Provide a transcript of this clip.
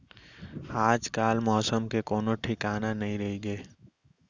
आजकाल मौसम के कोनों ठिकाना नइ रइगे